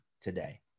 today